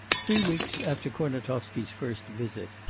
three weeks after kurnatovsky's first visit,